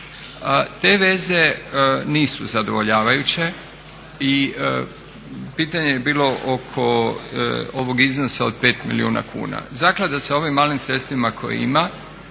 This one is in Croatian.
Te veze nisu zadovoljavajuće i pitanje je bilo oko ovog iznosa od 5 milijuna kuna. Zaklada sa ovim malim sredstvima koje ima